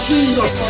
Jesus